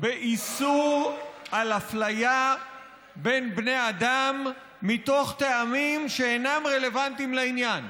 באיסור על אפליה בין בני אדם מתוך טעמים שאינם רלוונטיים לעניין.